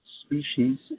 species